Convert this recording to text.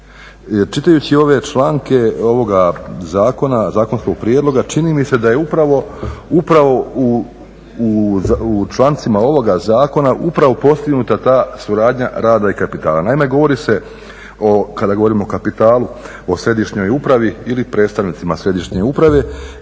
Čitajući ove članke ovoga zakona, zakonskog prijedloga čini mi se da je upravo u člancima ovoga zakona upravo postignuta ta suradnja rada i kapitala. Naime, govori se, kada govorimo o kapitalu, o središnjoj upravi ili predstavnicima središnje uprave